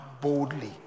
boldly